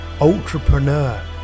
entrepreneur